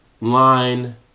line